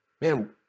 Man